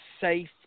safe